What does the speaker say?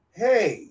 hey